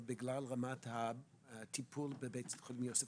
בגלל רמת הטיפול בבית החולים יוספטל,